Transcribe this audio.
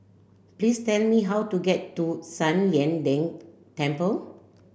please tell me how to get to San Lian Deng Temple